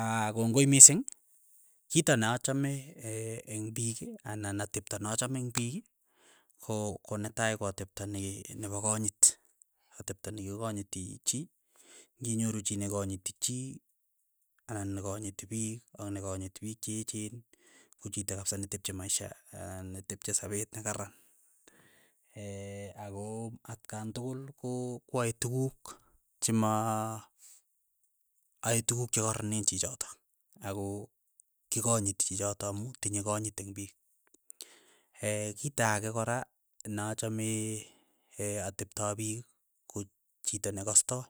Aa kongoi mising, kito na achame eng' piik anan atepto nachame eng' piik, ko konetai ko atepto ne nepo konyit, atepto nekikanyiti chii, inyoru chii nekanyiti chii anan ne konyiti piik ak ne konyiti piik che echen, ko chito kapsa ne tepche maisha netepche sapet nekaran, ako atkan tukul ko kwae tukuk chema ae tukuk che karanen chichotok, ako kikonyiti chichotok amu tinye konyitb eng' piik. kito ake kora nachame atepto piik ko chito nekastoi,